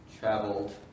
traveled